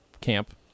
camp